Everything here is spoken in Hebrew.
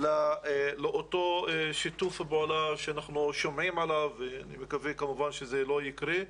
לאותו שיתוף פעולה שאני מקווה שלא יקרה בסוף.